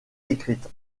écrite